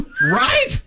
Right